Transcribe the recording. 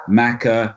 maca